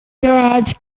garage